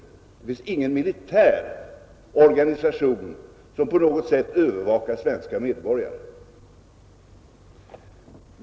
Det finns ingen militär organisation som på något sätt övervakar svenska medborgare.